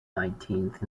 nineteenth